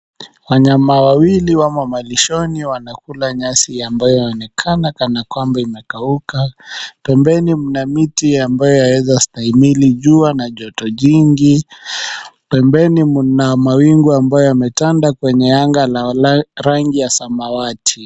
Wanyama wawili wamo malishoni wanakula nyasi ambayo yaonekana kanakwamba imekauka. Pembeni mna mti ambayo yaweza stahimili jua na joto jingi. Pembeni mna mawingu ambayo yametanda kwenye anga ya samawati.